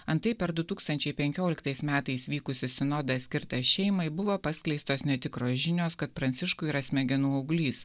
antai per du tūkstančiai penkioliktais metais vykusį sinodą skirtą šeimai buvo paskleistos netikros žinios kad pranciškui yra smegenų auglys